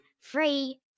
Free